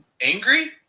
angry